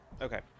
okay